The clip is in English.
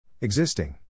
Existing